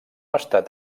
estat